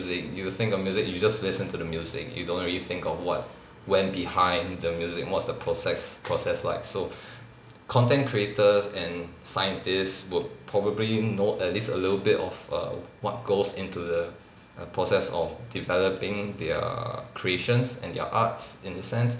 music you think of music you just listen to the music you don't really think of what went behind the music what's the process process like so content creators and scientists would probably know at least a little bit of err what goes into the process of developing their creations and their arts in the sense